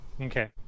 Okay